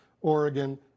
Oregon